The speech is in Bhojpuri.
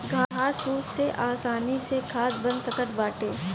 घास फूस से आसानी से खाद बन सकत बाटे